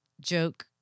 joke